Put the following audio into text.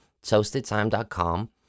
toastedtime.com